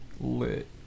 Lit